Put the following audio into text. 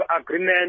agreement